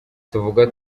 tuvuga